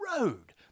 road